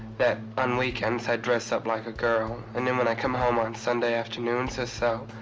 that, on weekends, i dress up like a girl. and then when i come home on sunday afternoons or so,